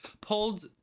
pulled